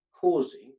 causing